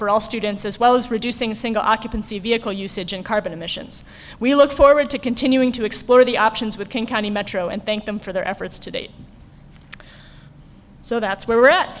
for all students as well as reducing single occupancy vehicle usage and carbon emissions we look forward to continuing to explore the options with king county metro and thank them for their efforts to date so that's where we're at